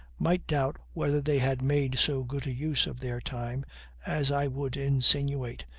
might doubt whether they had made so good a use of their time as i would insinuate,